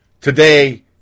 Today